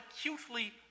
acutely